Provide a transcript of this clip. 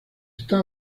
está